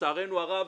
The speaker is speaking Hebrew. ולצערנו הרב,